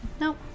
Nope